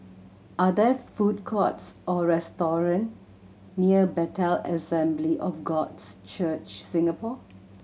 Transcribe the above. are there food courts or restaurant near Bethel Assembly of Gods Church Singapore